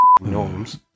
norms